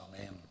Amen